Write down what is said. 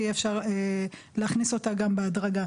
ויהיה אפשר להכניס אותה גם בהדרגה.